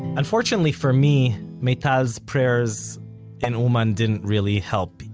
unfortunately for me, meital's prayers in uman didn't really help,